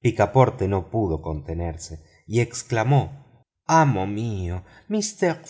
picaporte no pudo contenerse y exclamó amo mío mister